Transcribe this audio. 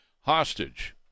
hostage